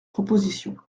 proposition